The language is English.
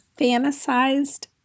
fantasized